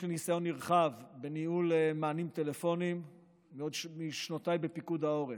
יש לי ניסיון נרחב בניהול מענים טלפונים עוד משנותיי בפיקוד העורף.